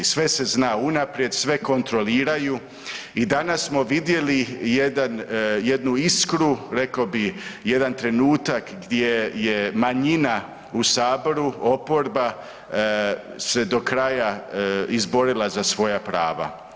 Sve se zna unaprijed, sve kontroliraju i danas smo vidjeli jednu iskru rekao bih jedan trenutak gdje je manjina u Saboru, oporba se do kraja izborila za svoja prava.